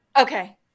Okay